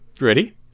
Ready